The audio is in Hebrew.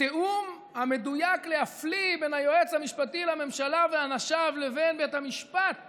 התיאום המדויק להפליא בין היועץ המשפטי לממשלה ואנשיו לבין בית המשפט